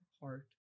heart